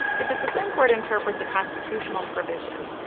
if the supreme court interprets a constitutional provision,